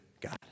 God